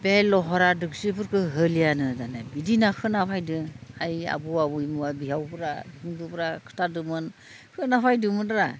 बे लहरा दोख्सिफोरखौ होलियानो दानिया बिदि होना खोनाफैदों हाय आबौ आबै मुवा बिहावफोरा बिखुनजोफ्रा खिन्थादोमोन खोनाफैदोंमोनरा